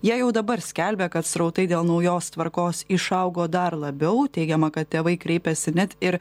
jie jau dabar skelbia kad srautai dėl naujos tvarkos išaugo dar labiau teigiama kad tėvai kreipiasi net ir